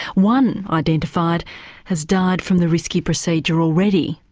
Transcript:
one identified has died from the risky procedure already.